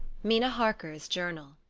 mina harker's journal